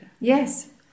Yes